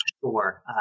Sure